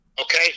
okay